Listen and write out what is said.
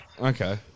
Okay